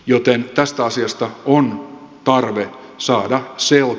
joten tästä asiasta on tarve saada selko